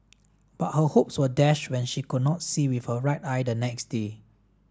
but her hopes were dashed when she could not see with her right eye the next day